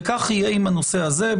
וכך יהיה עם הנושא הזה.